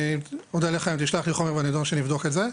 אני אודה לך אם תשלח לי חומר בנידון על מנת שאני אוכל לבדוק את זה.